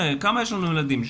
יש לנו 2 מיליון ילדים,